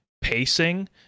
pacing